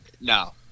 No